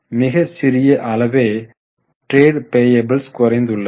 மிக சிறிய அளவே டிரெடு பேயபுள்ஸ்லில் குறைந்துள்ளது